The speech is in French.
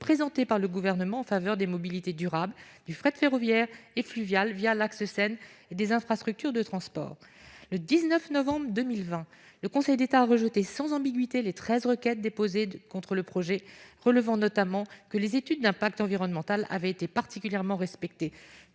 présenté par le gouvernement en faveur des mobilités durables du fret ferroviaire et fluvial via l'axe Seine et des infrastructures de transport, le 19 novembre 2020, le Conseil d'État a rejeté sans ambiguïté les 13 requêtes déposées de contre le projet, relevant notamment que les études d'impact environnemental avait été particulièrement respectée,